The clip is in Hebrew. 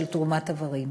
של תרומת אברים.